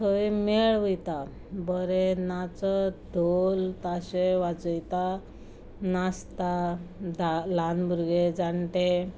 थंय मेळ वयता बरे नाचत धोल ताशे वाजयता नाचता ल्हान भुरगे जाणटे